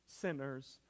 sinners